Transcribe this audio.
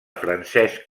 francesc